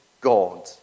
God